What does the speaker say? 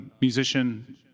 musician